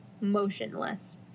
motionless